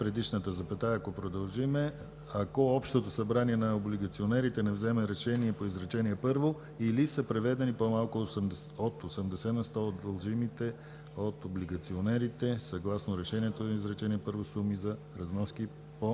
предишната запетая, ако продължим, „ако Общото събрание на облигационерите не вземе решение по изречение първо или са преведени по-малко от 80 на сто от дължимите от облигационерите, съгласно решението на изречение първо, суми за разноски по